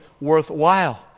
worthwhile